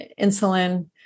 insulin